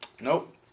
Nope